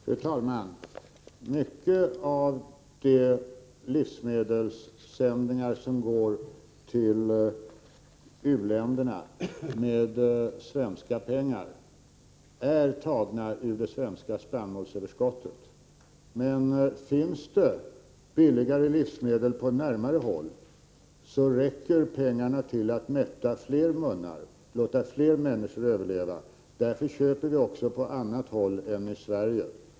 Fru talman! Mycket av de livsmedelssändningar som går till u-länderna finansierade med svenska pengar är tagna ur det svenska spannmålsöverskottet. Men om det finns billigare livsmedel att köpa räcker pengarna till att mätta fler munnar och att låta fler människor överleva. Därför köper vi också livsmedel på annat håll än i Sverige.